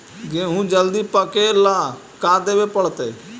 गेहूं जल्दी पके ल का देबे पड़तै?